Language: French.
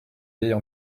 vieille